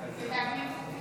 הנושא לוועדת הכספים